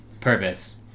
purpose